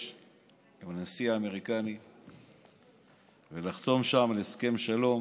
עם הנשיא האמריקני ולחתום שם על הסכם שלום